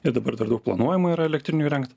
ir dabar dar daug planuojama yra elektrinių įrengt